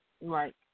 Right